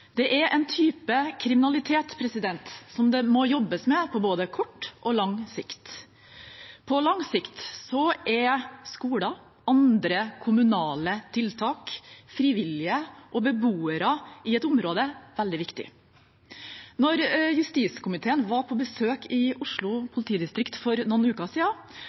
Gjengvirksomhet er en type kriminalitet som det må jobbes med på både kort og lang sikt. På lang sikt er skoler, andre kommunale tiltak, frivillige og beboere i et område veldig viktig. Da justiskomiteen var på besøk i Oslo politidistrikt for noen uker